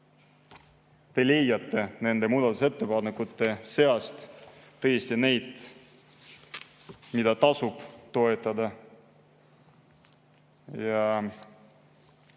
te leiate nende muudatusettepanekute seast tõesti neid, mida tasub toetada,